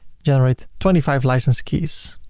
generate twenty five license keys.